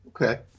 Okay